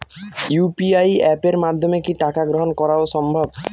UPI অ্যাপের মাধ্যমে কি টাকা গ্রহণ করাও সম্ভব?